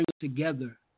together